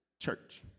Church